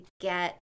get